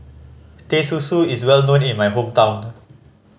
Teh Susu is well known in my hometown